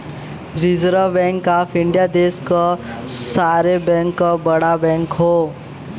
reserve bank of India देश क सारे बैंक क बड़ा बैंक हौ